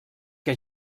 que